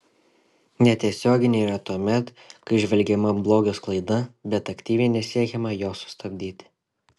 netiesioginė yra tuomet kai įžvelgiama blogio sklaida bet aktyviai nesiekiama jos sustabdyti